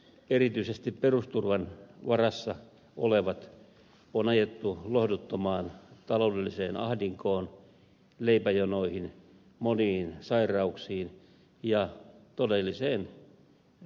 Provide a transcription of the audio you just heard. erityisesti perusturvan varassa olevat on ajettu lohduttomaan taloudelliseen ahdinkoon leipäjonoihin moniin sairauksiin ja todelliseen kurjuuteen